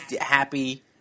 happy